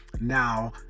Now